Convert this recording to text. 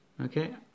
Okay